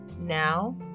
Now